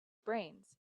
brains